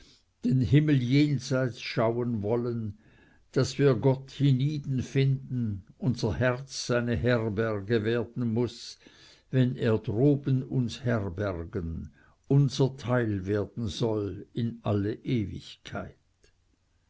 den himmel jenseits schauen wollen daß wir gott hienieden finden unser herz seine herberge werden muß wenn er droben uns herbergen unser teil werden soll in alle ewigkeit